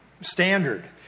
standard